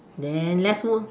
then let's move